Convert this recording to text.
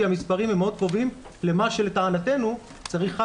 כי המספרים הם מעוד טובים למה שלטענתנו צריכה